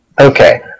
Okay